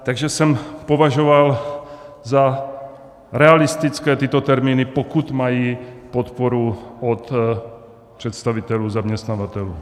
Takže jsem považoval za realistické tyto termíny, pokud mají podporu od představitelů zaměstnavatelů.